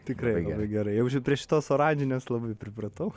tikrai labai gerai jaučiuos prie šitos oranžinės labai pripratau